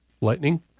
lightning